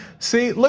see, look